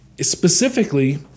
Specifically